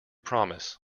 promise